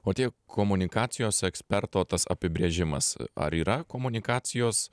o tie komunikacijos eksperto tas apibrėžimas ar yra komunikacijos